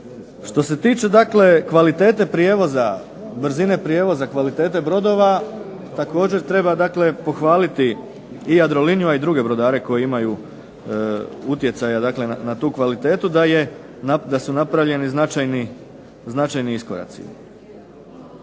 Što se tiče kvalitete prijevoza, brzine prijevoza, kvalitete brodova, također treba pohvaliti i Jadroliniju a i druge brodare koji imaju utjecaja na tu kvalitetu da su napravljeni značajni iskoraci.